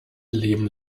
leben